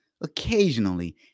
occasionally